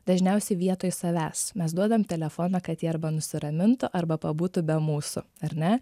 dažniausiai vietoj savęs mes duodam telefoną kad jie arba nusiramintų arba pabūtų be mūsų ar ne